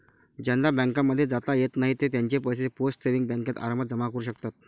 ज्यांना बँकांमध्ये जाता येत नाही ते त्यांचे पैसे पोस्ट सेविंग्स बँकेत आरामात जमा करू शकतात